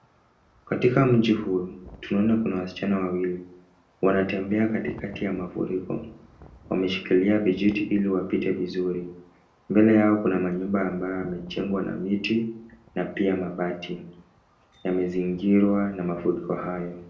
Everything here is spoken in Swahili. Katika mji huu, tunaona kuna wasichana wawili, wanatembea katikati ya mafuriko, wameshikilia vijiti ili wapite vizuri. Mbele yao kuna nyumba ambazo zimejengwa na miti na pia mabati. Zimezingirwa na mafuriko hayo.